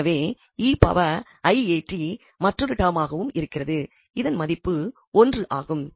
எனவே 𝑒𝑖𝑎𝑡 மற்றொரு டெர்மாகவும் இருக்கிறது இதன் மதிப்பு 1 ஆகும்